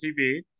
TV